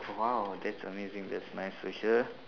!wow! that's amazing that's nice to hear